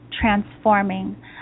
transforming